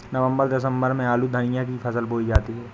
नवम्बर दिसम्बर में आलू धनिया की फसल बोई जाती है?